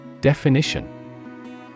Definition